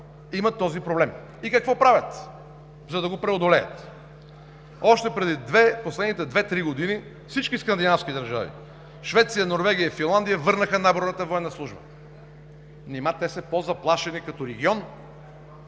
имат този проблем. И какво правят, за да го преодолеят? В последните 2 – 3 години всички скандинавски държави – Швеция, Норвегия и Финландия, върнаха наборната военна служба. Нима те са по-заплашени като регион?